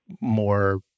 more